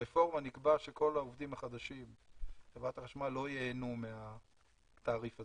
ברפורמה נקבע שכל העובדים החדשים בחברת החשמל לא ייהנו מהתעריף הזה.